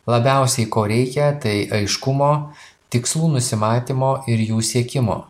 labiausiai ko reikia tai aiškumo tikslų nusimatymo ir jų siekimo